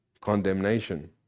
Condemnation